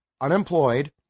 unemployed